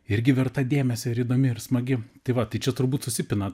irgi verta dėmesio ir įdomi ir smagi tai va tai čia turbūt susipina